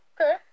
okay